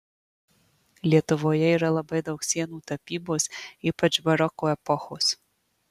lietuvoje yra labai daug sienų tapybos ypač baroko epochos